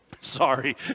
Sorry